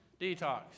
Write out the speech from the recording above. detox